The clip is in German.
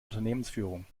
unternehmensführung